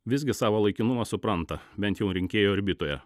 visgi savo laikinumą supranta bent jau rinkėjų orbitoje